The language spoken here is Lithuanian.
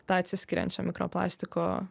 tą atsiskiriančio mikropastiko